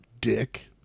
dick